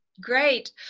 Great